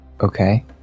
Okay